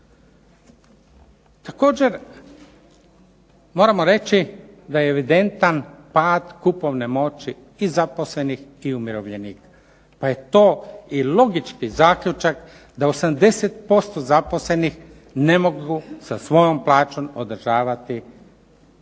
Također, moramo reći da evidentan pad kupovne moći i zaposlenih i umirovljenih pa je to i logički zaključak da 80% zaposlenih ne mogu sa svojom plaćom održavati svoje